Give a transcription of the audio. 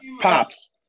pops